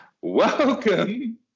Welcome